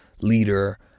leader